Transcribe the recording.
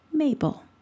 Mabel